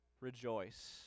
Rejoice